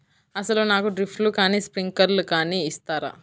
అసలు నాకు డ్రిప్లు కానీ స్ప్రింక్లర్ కానీ ఇస్తారా?